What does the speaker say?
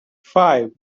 five